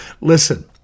Listen